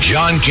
John